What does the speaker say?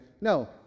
No